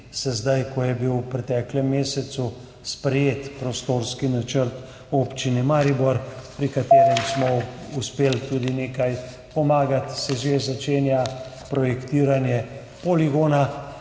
se zdaj, ko je bil v preteklem mesecu sprejet prostorski načrt občine Maribor, pri katerem smo uspeli tudi nekaj pomagati, že začenja projektiranje poligona.